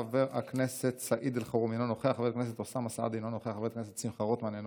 חברת הכנסת יוליה מלינובסקי,